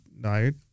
diet